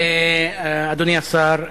אדוני השר,